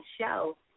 show